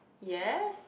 yes